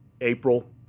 April